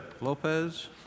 Lopez